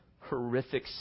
horrific